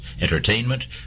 entertainment